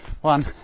One